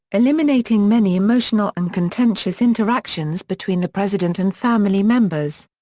eliminating many emotional and contentious interactions between the president and family members.